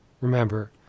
Remember